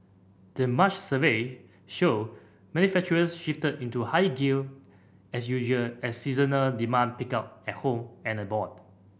the March survey showed manufacturers shifted into higher gear as usual as seasonal demand picked up at home and abroad